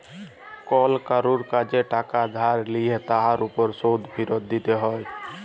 call কারুর কাজে টাকা ধার লিলে তার উপর যে শোধ ফিরত দিতে হ্যয়